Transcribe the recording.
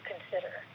Consider